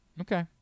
Okay